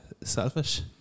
selfish